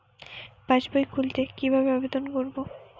পাসবই খুলতে কি ভাবে আবেদন করব?